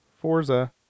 Forza